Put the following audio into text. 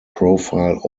profile